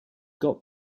got